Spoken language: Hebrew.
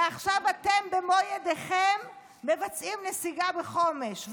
ועכשיו אתם במו ידיכם מבצעים נסיגה מחומש,